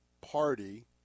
party